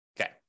Okay